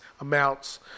amounts